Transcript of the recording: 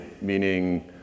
meaning